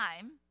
time